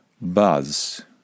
buzz